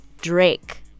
Drake